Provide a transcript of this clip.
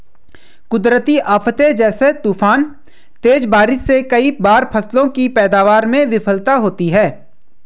कुदरती आफ़ते जैसे तूफान, तेज बारिश से कई बार फसलों की पैदावार में विफलता होती है